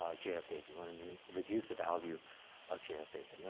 ah j of theta. you wanna minim reduce the value of j of theta, you know,